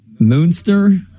Moonster